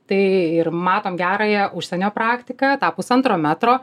tai ir matom gerąją užsienio praktiką tą pusantro metro